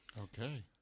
Okay